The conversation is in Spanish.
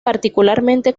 particularmente